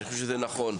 אני חושב שזה נכון.